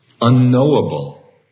unknowable